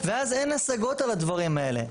ואז אין השגות על הדברים האלה.